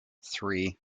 three